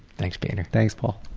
thanks peter. thanks paul.